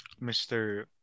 Mr